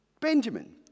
Benjamin